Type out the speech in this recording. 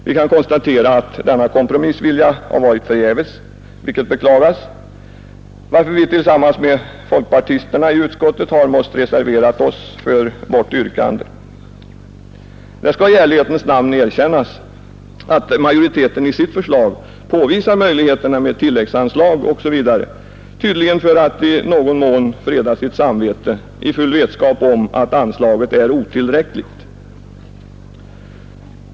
Vi kan konstatera att denna kompromissvilja har varit förgäves, vilket beklagas. Vi har därför tillsammans med folkpartisterna i utskottet måst reservera oss för vårt yrkande. Jag skall i ärlighetens namn erkänna att majoriteten i sitt förslag bl.a. påvisar möjligheterna att ge tilläggsanslag, tydligen för att i någon mån freda sitt samvete i full vetskap om att anslaget är otillräckligt.